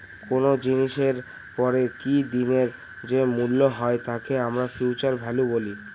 কোনো জিনিসের পরে কি দিনের যে মূল্য হয় তাকে আমরা ফিউচার ভ্যালু বলি